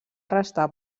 restar